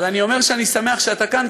אבל אני אומר שאני שמח שאתה כאן,